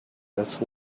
this